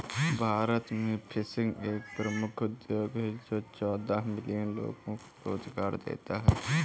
भारत में फिशिंग एक प्रमुख उद्योग है जो चौदह मिलियन लोगों को रोजगार देता है